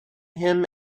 him